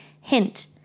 Hint